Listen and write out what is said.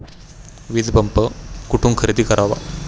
वीजपंप कुठून खरेदी करावा?